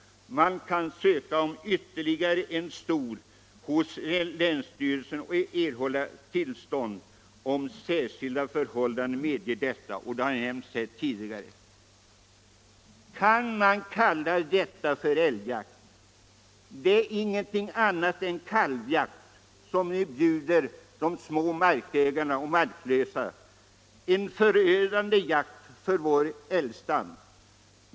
Man kan hos länsstyrelsen ansöka om att få skjuta ett stort djur och erhålla tillstånd till det om särskilda förhållanden medger det. Kan man kalla detta älgjakt? Det är ingenting annat än kalvjakt som ni bjuder de små jaktmarksägarna och de marklösa jägarna, en förödande jakt för vår älgstam!